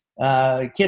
Kids